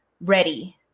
ready